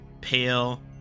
pale